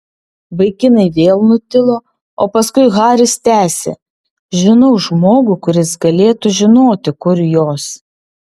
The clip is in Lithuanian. vaikinai vėl nutilo o paskui haris tęsė žinau žmogų kuris galėtų žinoti kur jos